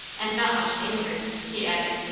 and not much danger, he added,